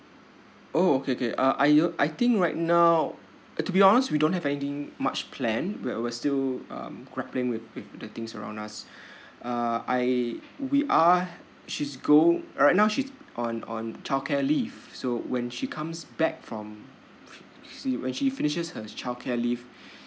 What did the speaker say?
oh okay okay uh I I think right now to be honest we don't have anything much plan where we're still um grappling with with the things around us uh I we are she's go right now she's on on childcare leave so when she comes back from see when she finishes her childcare leave